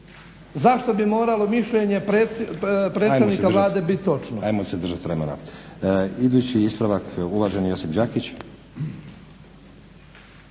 Zašto bi moralo mišljenje predstavnika Vlade bit točno. **Stazić, Nenad